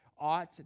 ought